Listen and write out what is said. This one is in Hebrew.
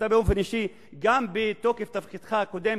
אתה באופן אישי גם בתוקף תפקידך הקודם